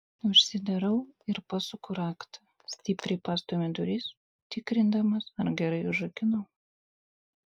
užsidarau ir pasuku raktą stipriai pastumiu duris tikrindamas ar gerai užrakinau